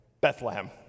Bethlehem